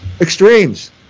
extremes